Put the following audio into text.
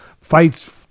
fights